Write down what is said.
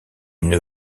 une